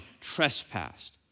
trespassed